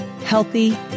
healthy